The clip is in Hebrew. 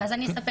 אז אני אספר.